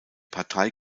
partei